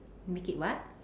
make it what